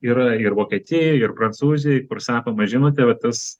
yra ir vokietijoj ir prancūzijoj kur sakoma žinote va tas